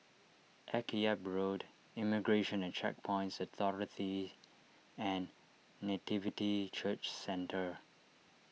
Akyab Road Immigration and Checkpoints Authority and Nativity Church Centre